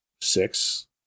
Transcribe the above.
six